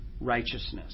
righteousness